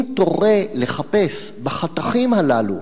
אם תורה לחפש בחתכים הללו,